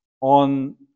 on